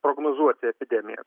prognozuoti epidemiją